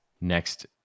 Next